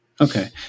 Okay